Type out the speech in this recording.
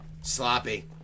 Sloppy